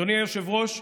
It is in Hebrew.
אדוני היושב-ראש,